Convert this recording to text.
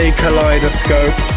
kaleidoscope